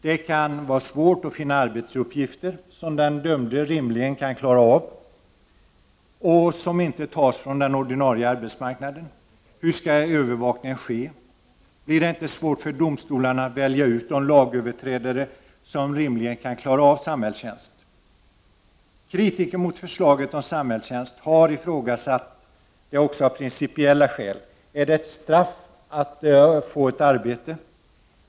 Det kan vara svårt att finna arbetsuppgifter som den dömde rimligen kan klara av och som inte tas från den ordinarie arbetsmarknaden. Hur skall övervakningen ske? Blir det inte svårt för domstolen att välja ut de lagöverträdare som rimligen kan klara av samhällstjänst? Kritiker mot förslaget om samhällstjänst har ifrågasatt det också av principiella skäl. Är det ett straff att få ett arbete?